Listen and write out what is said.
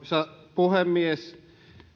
puhemies